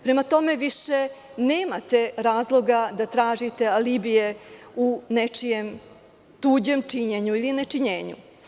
Prema tome, više nemate razloga da tražite alibije u nečijem tuđem činjenju ili nečinjenju.